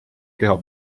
keha